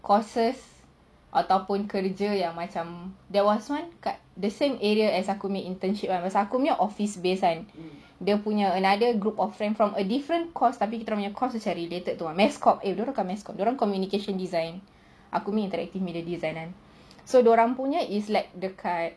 courses ataupun kerja yang macam there was one guy the same area as aku punya internship pasal aku punya office based kan dia punya another group of friend from different course tapi kita orang punya course related to mass communication eh dorang bukan mass comm dorang communication design aku punya interactive media design so dorang punya is like dekat